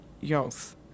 youth